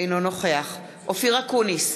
אינו נוכח אופיר אקוניס,